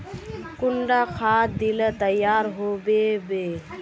कुंडा खाद दिले तैयार होबे बे?